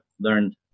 learned